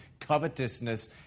covetousness